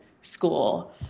school